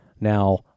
Now